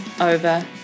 over